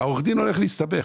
עורך הדין הולך להסתבך.